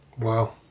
Wow